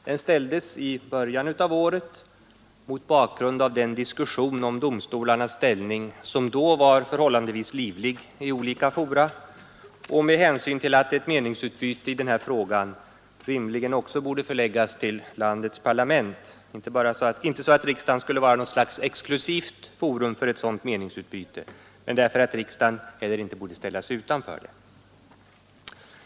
Den ställdes i början av året mot bakgrund av den diskussion om domstolarnas ställning som då var förhållandevis livlig i olika fora och med hänsyn till att ett meningsutbyte i frågan rimligen också borde förläggas till landets parlament, inte så att riksdagen skulle vara något slags exklusivt forum för ett sådant meningsutbyte men därför att riksdagen heller inte borde ställas utanför det.